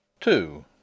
Two